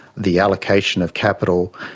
the allocation of capital,